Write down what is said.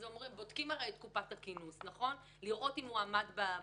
הרי בודקים את קופת הכינוס כדי לראות אם הוא עמד בתשלומים,